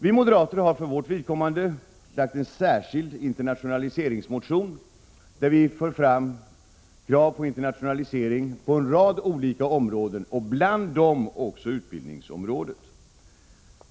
Vi moderater har avlämnat en särskild internationaliseringsmotion, där vi för fram krav på internationalisering på en rad olika områden, bland dem också utbildningsområdet.